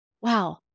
wow